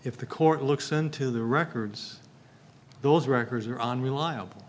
if the court looks into the records those records are unreliable